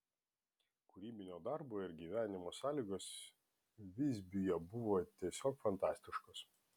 kūrybinio darbo ir gyvenimo sąlygos visbiuje buvo tiesiog fantastiškos